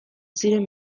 ziren